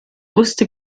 wusste